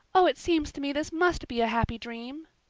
oh, it seems to me this must be a happy dream.